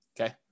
Okay